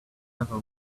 ever